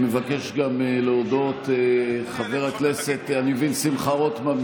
מבקש להודות גם חבר הכנסת שמחה רוטמן,